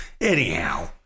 anyhow